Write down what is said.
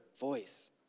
voice